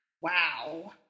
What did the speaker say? wow